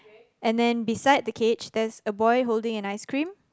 and then beside the cage there's a boy holding an ice cream